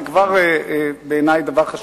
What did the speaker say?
בעיני זה כבר דבר חשוב.